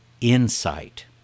Insight